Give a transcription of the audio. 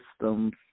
systems